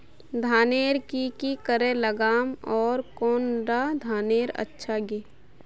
धानेर की करे लगाम ओर कौन कुंडा धानेर अच्छा गे?